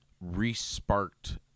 re-sparked